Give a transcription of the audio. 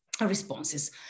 responses